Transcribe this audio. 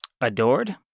Adored